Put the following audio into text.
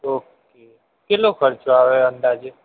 તો કેટલો ખર્ચો આવે અંદાજે